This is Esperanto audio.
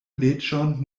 leĝon